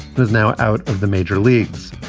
he's now out of the major leagues.